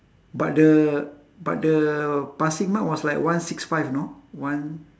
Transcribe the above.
but the but the passing mark was like one six five you know one